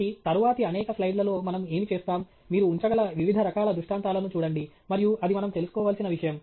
కాబట్టి తరువాతి అనేక స్లైడ్లలో మనము ఏమి చేస్తాం మీరు ఉంచగల వివిధ రకాల దృష్టాంతాలను చూడండి మరియు అది మనం తెలుసుకోవలసిన విషయం